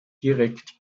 direkt